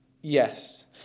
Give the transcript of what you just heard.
Yes